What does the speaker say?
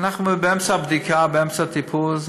אנחנו באמצע הבדיקה, באמצע הטיפול.